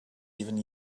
even